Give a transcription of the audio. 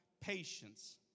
patience